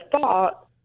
thought